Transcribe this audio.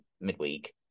midweek